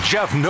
Jeff